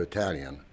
Italian